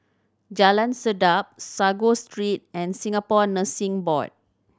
Jalan Sedap Sago Street and Singapore Nursing Board